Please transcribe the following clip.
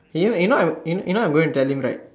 you know you know you know I'm going to tell him right